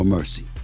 Mercy